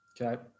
Okay